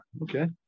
Okay